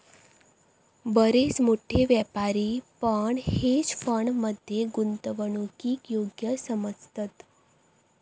बरेच मोठे व्यापारी पण हेज फंड मध्ये गुंतवणूकीक योग्य समजतत